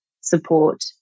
support